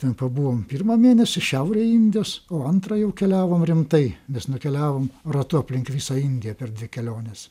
ten pabuvom pirmą mėnesį šiaurėj indijos o antrą jau keliavom rimtai mes nukeliavom ratu aplink visą indiją per dvi keliones